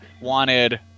wanted